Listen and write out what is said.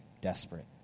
desperate